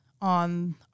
on